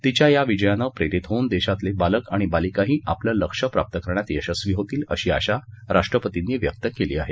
तिच्या या विजयानं प्रेरित होऊन देशातले बालक आणि बालिकाही आपलं लक्ष्य प्राप्त करण्यात यशस्वी होतील अशी आशा राष्ट्रपतींनी व्यक्त केली आहे